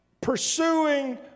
pursuing